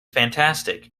fantastic